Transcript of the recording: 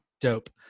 Dope